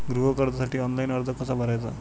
गृह कर्जासाठी ऑनलाइन अर्ज कसा भरायचा?